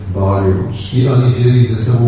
volumes